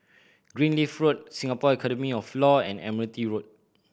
Greenleaf Road Singapore Academy of Law and Admiralty Road